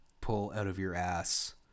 pull-out-of-your-ass